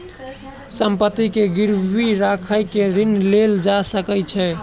संपत्ति के गिरवी राइख के ऋण लेल जा सकै छै